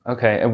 Okay